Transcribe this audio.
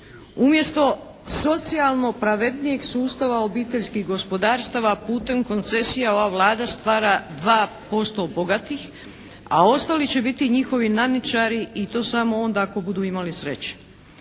Umjesto socijalno pravednijeg sustava obiteljskih gospodarstava putem koncesija, ova Vlada stvara dva posto bogatih a ostali će biti njihovi nadničari i to samo onda ako budu imali sreće.